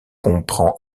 comprend